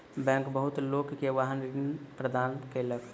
bank बहुत लोक के वाहन ऋण प्रदान केलक